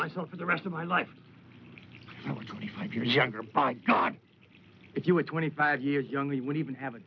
myself for the rest of my life twenty five years younger but if you were twenty five years younger you would even have a